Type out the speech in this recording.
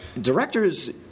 directors